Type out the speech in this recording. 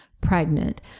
pregnant